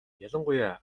ялангуяа